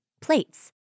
Plates